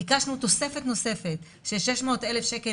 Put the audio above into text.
ביקשנו תוספת נוספת של 600,000 שקל